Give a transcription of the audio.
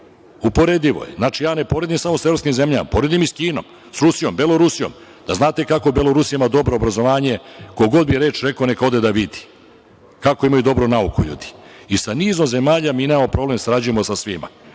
Uporedivo je. Znači, ja ne poredim samo za evropskim zemljama, poredim i sa Kinom, sa Rusijom, Belorusijom. Da znate kako Belorusija ima dobro obrazovanje, ko god bi reč rekao, neka ode da vidi kako imaju dobru nauku ljudi i sa nizom zemalja mi nemamo problem, sarađujemo sa svima.